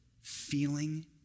feeling